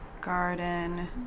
garden